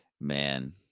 Man